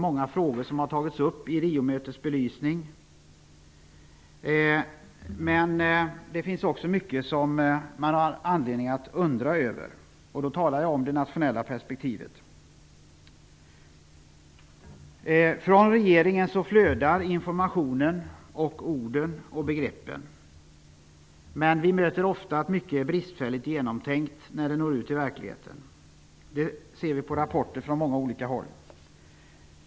Många frågor har tagits upp i samband med RIO-mötet, men det finns också mycket som man har anledning att undra över. Jag talar då om det nationella perspektivet. Från regeringen flödar informationen, orden och begreppen, men vi märker ofta att detta är mycket bristfälligt genomtänkt när det når ut till verkligheten. Det ser vi i rapporter från många olika håll.